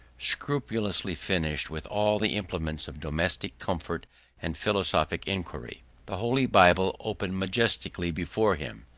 scrupulously furnished with all the implements of domestic comfort and philosophic enquiry the holy bible open majestically before him,